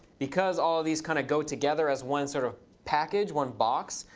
because all of these kind of go together as one sort of package, one box,